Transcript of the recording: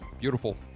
beautiful